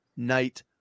night